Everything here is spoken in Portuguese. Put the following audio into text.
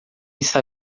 está